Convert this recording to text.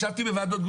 ישבתי בוועדות.